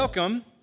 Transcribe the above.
Welcome